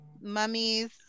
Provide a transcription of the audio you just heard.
mummies